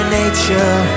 nature